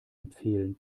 empfehlen